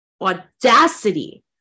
audacity